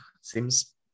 Seems